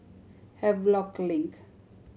Havelock Link